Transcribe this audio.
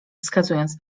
wskazując